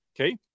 Okay